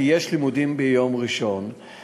כי ביום ראשון יתקיימו לימודים.